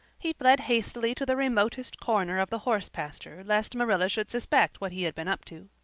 he fled hastily to the remotest corner of the horse pasture lest marilla should suspect what he had been up to.